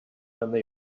banda